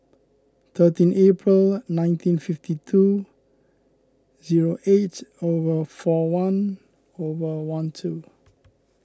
thirteen April nineteen fifty two zero eight hour four one hour one two